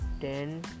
ten